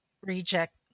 reject